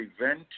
event